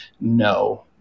no